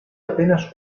apenas